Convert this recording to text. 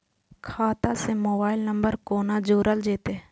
खाता से mobile number कोना जोरल जेते?